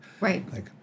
Right